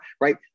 Right